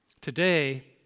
Today